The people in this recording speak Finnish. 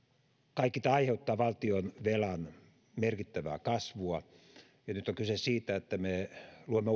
tämä aiheuttaa valtionvelan merkittävää kasvua nyt on kyse siitä että me luomme